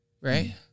right